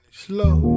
slow